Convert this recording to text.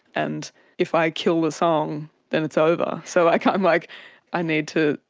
and if i kill the song, then it's over. so i kind of like i need to,